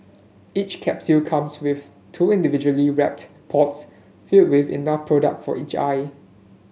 each capsule comes with two individually wrapped pods filled with enough product for each eye